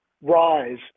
rise